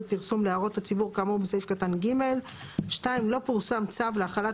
פרסום להערות הציבור כאמור בסעיף קטן (ג); לא פורסם צו להחלת